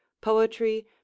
poetry